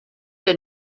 der